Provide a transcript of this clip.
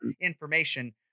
information